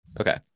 Okay